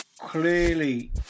clearly